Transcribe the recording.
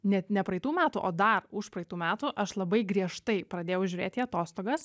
net ne praeitų metų o dar užpraeitų metų aš labai griežtai pradėjau žiūrėt į atostogas